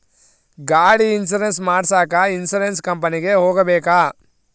ಗಾಡಿ ಇನ್ಸುರೆನ್ಸ್ ಮಾಡಸಾಕ ಇನ್ಸುರೆನ್ಸ್ ಕಂಪನಿಗೆ ಹೋಗಬೇಕಾ?